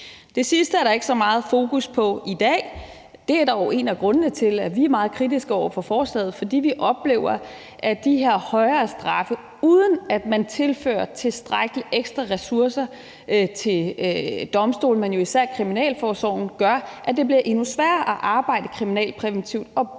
Det sidste er der ikke så meget fokus på i dag. Det er dog en af grundene til, at vi er meget kritiske over for forslaget. Det er, fordi vi oplever, at de her højere straffe, uden at man tilfører tilstrækkelige ekstra ressourcer til domstolene og jo især kriminalforsorgen, gør, at det bliver endnu sværere at arbejde kriminalpræventivt og bruge